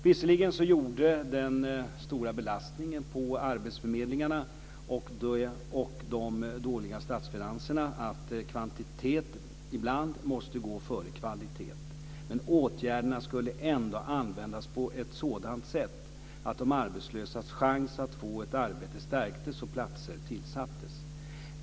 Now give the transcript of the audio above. Visserligen gjorde den stora belastningen på arbetsförmedlingarna och de dåliga statsfinanserna att kvantitet ibland måste gå före kvalitet, men åtgärderna skulle ändå användas på ett sådant sätt att de arbetslösas chans att få ett arbete stärktes och platser tillsattes.